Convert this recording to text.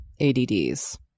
ADDs